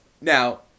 Now